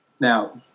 Now